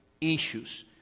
issues